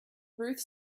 ruth